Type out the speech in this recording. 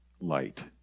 light